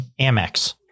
Amex